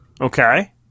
Okay